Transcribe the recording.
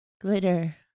glitter